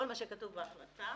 כל מה שכתוב בהחלטה,